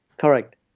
Correct